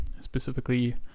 Specifically